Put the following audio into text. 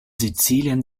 sizilien